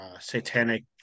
satanic